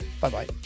Bye-bye